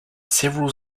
several